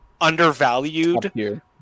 undervalued